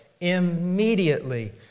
Immediately